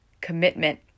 Commitment